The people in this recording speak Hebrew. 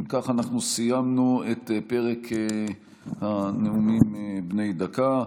אם כך, אנחנו סיימנו את פרק הנאומים בני הדקה.